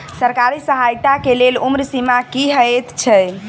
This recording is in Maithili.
सरकारी सहायता केँ लेल उम्र सीमा की हएत छई?